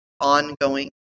ongoing